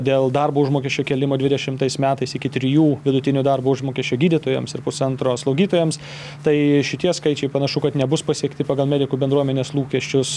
dėl darbo užmokesčio kėlimo dvidešimtais metais iki trijų vidutinių darbo užmokesčio gydytojams ir pusantro slaugytojams tai šitie skaičiai panašu kad nebus pasiekti pagal medikų bendruomenės lūkesčius